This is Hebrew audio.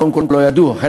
קודם כול לא ידעו.